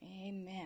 Amen